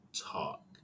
talk